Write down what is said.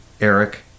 eric